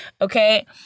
okay